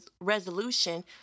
resolution